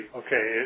okay